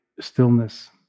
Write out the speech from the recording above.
stillness